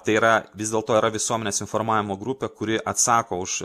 tai yra vis dėlto yra visuomenės informavimo grupė kuri atsako už